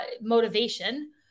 motivation